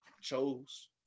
chose